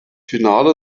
finale